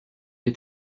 est